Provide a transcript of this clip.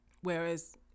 Whereas